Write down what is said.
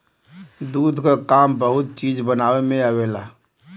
दूध क काम बहुत चीज बनावे में आवेला